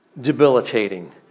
debilitating